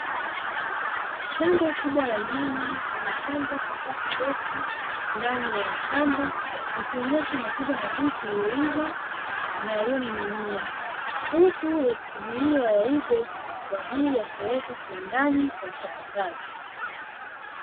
Shamba kubwa la nyanya limepandwa kwa safu ndefu ndani ya shamba, likionyesha matunda mabichi yaliyoiva na yanayoning'inia, huku yakisubiriwa yaive na kupelekwa kiwandani kwa ajili ya uchakataji.